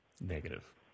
negative